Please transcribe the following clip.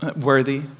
worthy